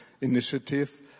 initiative